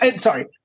Sorry